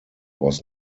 was